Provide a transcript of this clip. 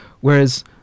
Whereas